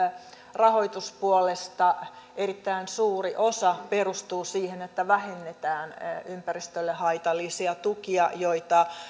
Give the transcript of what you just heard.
rahoituspuolesta erittäin suuri osa perustuu siihen että vähennetään ympäristölle haitallisia tukia joita